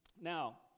Now